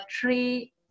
three